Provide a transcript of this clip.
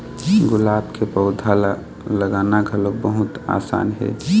गुलाब के पउधा ल लगाना घलोक बहुत असान हे